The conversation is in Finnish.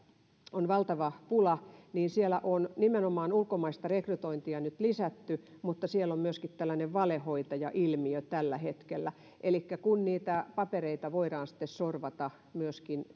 on valtava pula on nimenomaan ulkomaista rekrytointia nyt lisätty mutta siellä on myöskin tällainen valehoitajailmiö tällä hetkellä elikkä kun niitä papereita voidaan sorvata myöskin